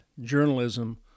journalism